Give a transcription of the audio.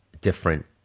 different